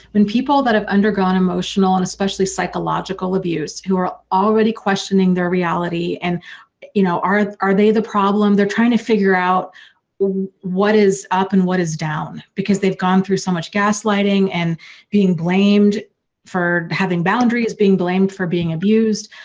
when people that have undergone emotional and especially psychological abuse, who are already questioning their reality and you know, are are they the problem, they're trying to figure out what is up and what is down, because they've gone through so much gaslighting and being blamed for having boundaries, being blamed for being abused